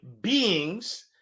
beings